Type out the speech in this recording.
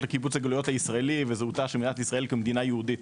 לקיבוץ הגלויות הישראלי וזהותה של מדינת ישראל כמדינה יהודית.